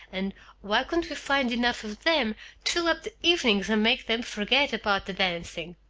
and why couldn't we find enough of them to fill up the evenings and make them forget about the dancing?